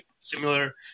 similar